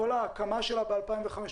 כל ההקמה שלה ב-2005,